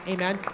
Amen